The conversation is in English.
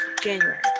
January